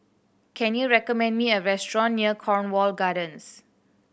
can you recommend me a restaurant near Cornwall Gardens